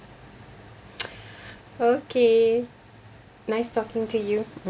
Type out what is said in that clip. okay nice talking to you